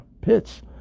pits